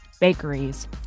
bakeries